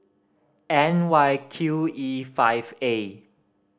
N Y Q E five A